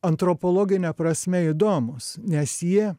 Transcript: antropologine prasme įdomūs nes jie